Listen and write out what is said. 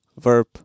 Verb